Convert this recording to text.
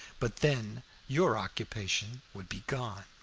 but then your occupation would be gone.